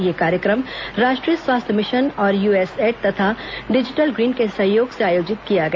यह कार्यक्रम राष्ट्रीय स्वास्थ्य मिशन और यूएसएड तथा डिजिटल ग्रीन के सहयोग से आयोजित किया गया